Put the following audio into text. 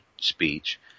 speech